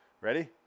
Ready